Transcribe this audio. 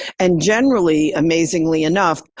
and generally, amazingly enough,